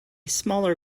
smaller